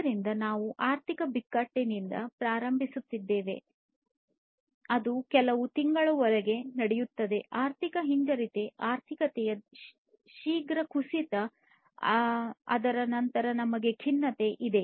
ಆದ್ದರಿಂದ ನಾವು ಆರ್ಥಿಕ ಬಿಕ್ಕಟ್ಟಿನಿಂದ ಪ್ರಾರಂಭಿಸುತ್ತೇವೆ ಅದು ಕೆಲವು ತಿಂಗಳುಗಳವರೆಗೆ ನಡೆಯುತ್ತದೆ ಆರ್ಥಿಕ ಹಿಂಜರಿತ ಆರ್ಥಿಕತೆಯ ಶೀಘ್ರ ಕುಸಿತ ಮತ್ತು ಅದರ ನಂತರ ನಮಗೆ ಖಿನ್ನತೆ ಇದೆ